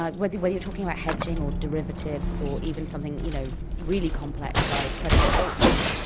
like whether whether you're talking about hedging or derivatives or even something you know really complex, like credit default swaps,